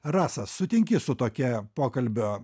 rasas sutinki su tokia pokalbio